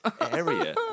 area